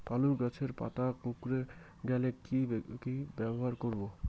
আলুর গাছের পাতা কুকরে গেলে কি ব্যবহার করব?